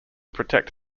protect